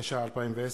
התש"ע 2010,